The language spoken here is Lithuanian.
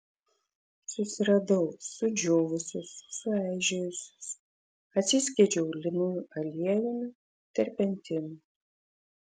susiradau sudžiūvusius sueižėjusius atsiskiedžiau linų aliejumi terpentinu